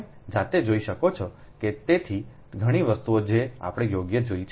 તમે જાતે જોઈ શકો છોતેથી ઘણી વસ્તુઓ જે આપણે યોગ્ય જોઇ છે